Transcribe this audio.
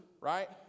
right